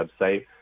website